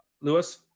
Lewis